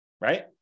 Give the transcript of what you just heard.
Right